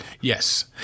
Yes